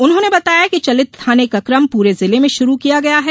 उन्होंने बताया कि चलित थाने का कम पूरे जिले में शुरू किया गया है